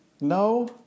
No